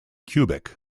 cubic